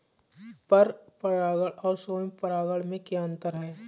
पर परागण और स्वयं परागण में क्या अंतर है?